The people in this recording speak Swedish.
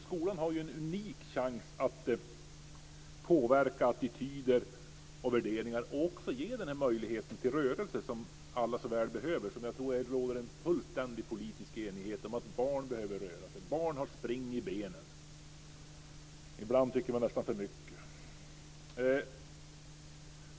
Skolan har ju en unik chans att påverka attityder och värderingar och också att ge möjligheten till rörelse som alla så väl behöver. Jag tror att det råder en fullständig politisk enighet om att barn behöver röra sig. Barn har spring i benen - ibland, tycker man, nästan för mycket.